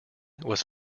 was